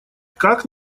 как